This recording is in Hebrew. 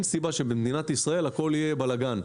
סיבה שבמדינת ישראל הכול יהיה בלגן.